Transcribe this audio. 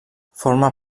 forma